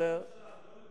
זה לכבודה של הממשלה,